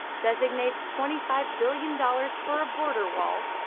designates twenty five billion dollars for a border wall,